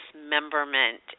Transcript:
dismemberment